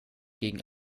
gegen